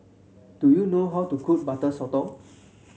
do you know how to cook Butter Sotong